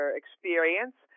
experience